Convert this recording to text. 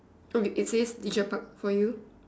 oh r~ it it says leisure park for you